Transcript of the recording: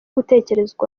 gutekerezaho